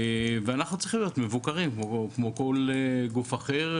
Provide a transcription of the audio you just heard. ואנחנו צריכים להיות מבוקרים כמו כל גוף אחר,